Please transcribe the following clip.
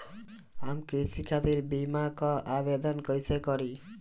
हम कृषि खातिर बीमा क आवेदन कइसे करि?